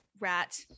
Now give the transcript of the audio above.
rat